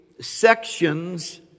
sections